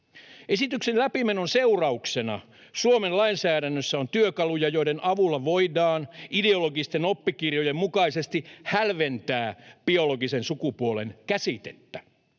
Esityksen läpimenon seurauksena Suomen lainsäädännössä on työkaluja, joiden avulla voidaan ideologisten oppikirjojen mukaisesti hälventää biologisen sukupuolen käsitettä.